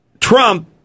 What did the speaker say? Trump